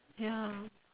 ya